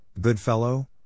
Goodfellow